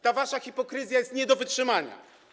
Ta wasza hipokryzja jest nie do wytrzymania.